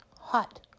hot